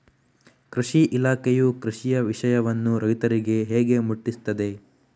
ಕೃಷಿ ಇಲಾಖೆಯು ಕೃಷಿಯ ವಿಷಯವನ್ನು ರೈತರಿಗೆ ಹೇಗೆ ಮುಟ್ಟಿಸ್ತದೆ?